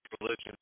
religion